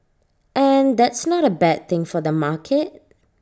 and that's not A bad thing for the market